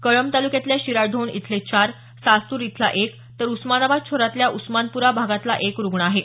कळंब तालुक्यातल्या शिराढोण इथले चार सास्तुर इथला एक तर उस्मानाबाद शहरातल्या उस्मान्प्रा भागातला एक रुग्ण आहे